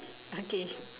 okay